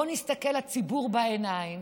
בואו נסתכל לציבור בעיניים